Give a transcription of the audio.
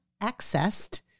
accessed